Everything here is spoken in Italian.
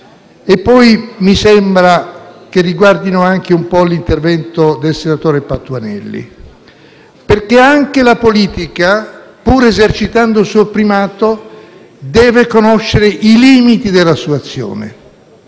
che mi sembra riguardi anche l'intervento del senatore Patuanelli, perché anche la politica, pur esercitando il suo primato, deve conoscere i limiti della sua azione.